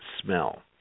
smell